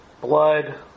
Blood